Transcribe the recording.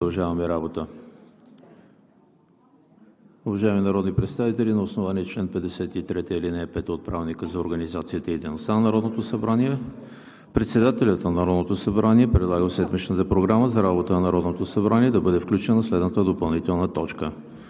ЕМИЛ ХРИСТОВ: Уважаеми народни представители, на основание чл. 53, ал. 5 от Правилника за организацията и дейността на Народното събрание председателят на Народното събрание предлага в седмичната Програма за работа на Народното събрание да бъде включена следната допълнителна точка: